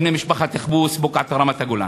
בני משפחת חבוס, בוקעאתא, רמת-הגולן.